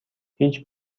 هیچ